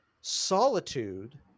solitude